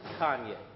Kanye